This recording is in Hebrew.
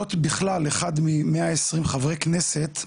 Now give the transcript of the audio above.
להיות בכלל אחד מ- 120 חברי כנסת,